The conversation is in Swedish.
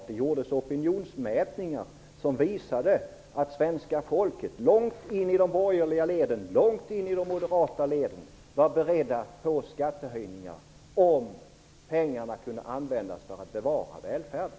Det gjordes opinionsmätningar som visade att svenska folket långt in i de moderata leden var berett på skattehöjningar, om pengarna kunde användas för att kunna bevara välfärden.